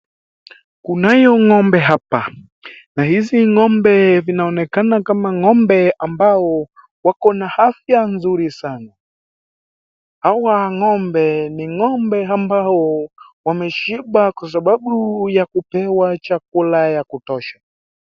Kunayo ng'ombe hapa, na hizi ng'ombe zinaonekana kama ng'ombe ambao wako na afya nzuri sana. Hawa ng'ombe ni ng'ombe ambao wameshiba kwa sababu ya kupewa chakula ya kutosha.